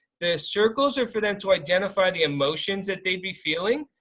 the circles are for them to identify the emotions that they'd be feeling.